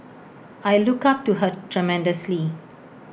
I look up to her tremendously